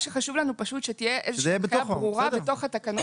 מה שחשוב לנו זה שתהיה איזושהי אמירה ברורה בתוך התקנות.